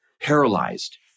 paralyzed